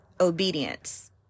obedience